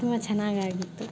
ತುಂಬ ಚೆನ್ನಾಗಿ ಆಗಿತ್ತು